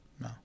No